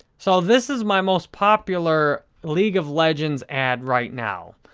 so, this is my most popular league of legends ad right now,